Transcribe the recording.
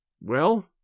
Well